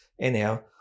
anyhow